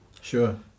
sure